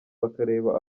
bakareba